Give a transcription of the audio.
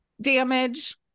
Damage